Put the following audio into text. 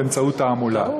באמצעות תעמולה.